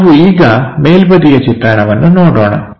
ನಾವು ಈಗ ಮೇಲ್ಬದಿಯ ಚಿತ್ರಣವನ್ನು ನೋಡೋಣ